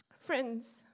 Friends